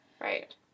right